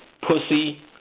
pussy